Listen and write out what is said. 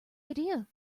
idea